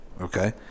okay